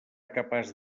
capaç